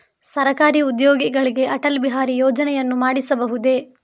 ಸರಕಾರಿ ಉದ್ಯೋಗಿಗಳಿಗೆ ಅಟಲ್ ಬಿಹಾರಿ ಯೋಜನೆಯನ್ನು ಮಾಡಿಸಬಹುದೇ?